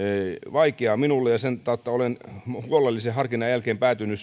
vaikeaa minulle ja sen tautta olen huolellisen harkinnan jälkeen päätynyt